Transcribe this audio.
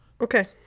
Okay